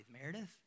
Meredith